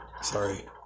sorry